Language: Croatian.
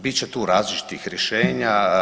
Bit će tu različitih rješenja.